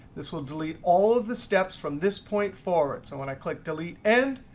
this will delete all of the steps from this point forward. so when i click delete end,